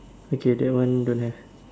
okay that one don't have